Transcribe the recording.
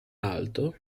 alto